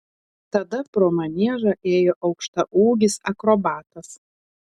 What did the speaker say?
tada pro maniežą ėjo aukštaūgis akrobatas